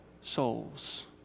souls